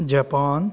Japan